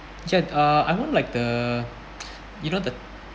uh I don't like the you know the